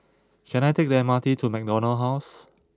can I take the M R T to McDonald House